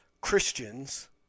Christians